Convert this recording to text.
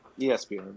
ESPN